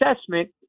assessment